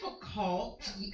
difficult